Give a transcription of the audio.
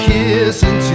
Kissing